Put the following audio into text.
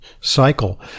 cycle